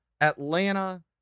Atlanta